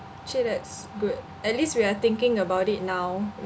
actually that's good at least we're thinking about it now